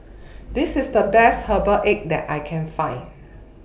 This IS The Best Herbal Egg that I Can Find